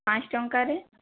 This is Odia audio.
ପାଞ୍ଚ ଟଙ୍କାରେ